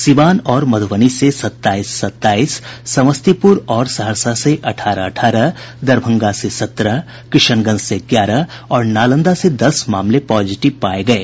सीवान और मधुबनी से सत्ताईस सत्ताईस समस्तीपुर और सहरसा से अठारह अठारह दरभंगा से सत्रह किशनगंज से ग्यारह और नालंदा से दस मामले पॉजिटिव पाये गये